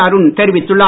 அருண் தெரிவித்துள்ளார்